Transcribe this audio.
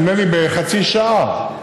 נדמה לי בחצי שעה,